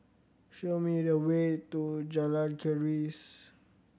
show me the way to Jalan Keris